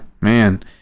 man